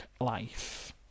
life